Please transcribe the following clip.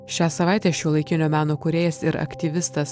šią savaitę šiuolaikinio meno kūrėjas ir aktyvistas